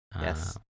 Yes